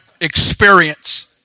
experience